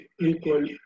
equal